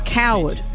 coward